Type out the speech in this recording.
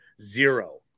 Zero